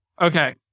Okay